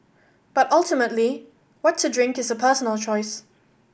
but ultimately what to drink is a personal choice